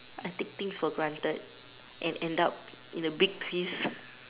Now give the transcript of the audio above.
I take things for granted and ended up with a big piece